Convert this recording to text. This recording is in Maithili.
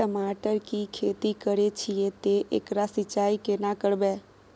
टमाटर की खेती करे छिये ते एकरा सिंचाई केना करबै?